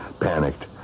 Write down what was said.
panicked